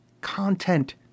content